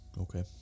Okay